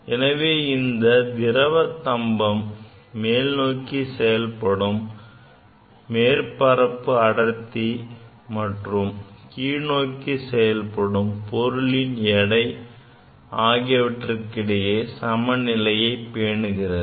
எனவே இந்த திரவத்தம்பம் மேல் நோக்கி செயல்படும் மேற்பரப்பு அடர்த்தி மற்றும் கீழ்நோக்கி செயல்படும் பொருளின் எடை ஆகியவற்றுக்கிடையே சமநிலையை பேணுகிறது